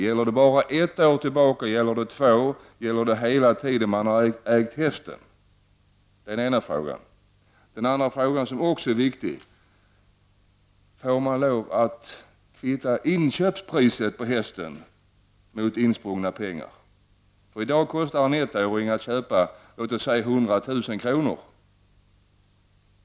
Gäller det ett, två år tillbaka eller under hela den tid man ägt hästen? Den andra frågan är också viktig. Får man kvitta inköpspriset på hästen mot insprungna pengar? I dag kostar en 1-åring ca 100 000 kr.